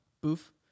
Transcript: Boof